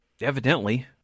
evidently